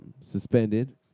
suspended